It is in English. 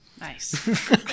Nice